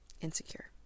insecure